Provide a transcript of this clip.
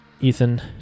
Ethan